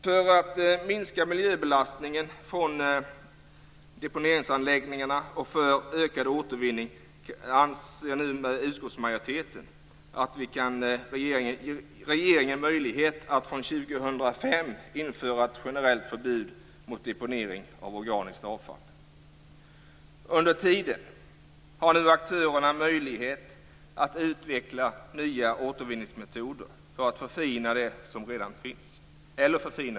För att minska miljöbelastningen från deponeringsanläggningarna och öka återvinningen anser nu utskottsmajoriteten att man kan ge regeringen möjlighet att från 2005 införa ett generellt förbud mot deponering av organiskt avfall. Under tiden har nu aktörerna möjlighet att utveckla nya återvinningsmetoder eller att förfina dem som redan finns.